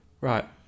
Right